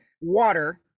water